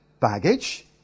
baggage